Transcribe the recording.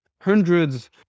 hundreds